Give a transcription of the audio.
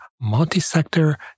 multi-sector